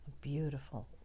beautiful